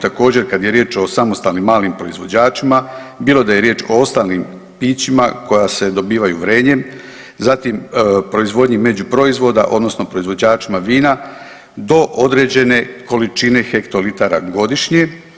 Također kad je riječ o samostalnim malim proizvođačima bilo da je riječ o ostalim pićima koja se dobivaju vrenjem, zatim proizvodnji međuproizvoda odnosno proizvođačima vina do određene količine hektolitara godišnje.